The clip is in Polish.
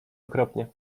okropnie